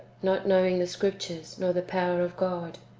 not knowing the scriptures, nor the power of god.